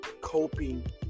coping